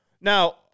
now